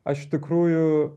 aš iš tikrųjų